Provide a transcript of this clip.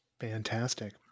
fantastic